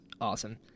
awesome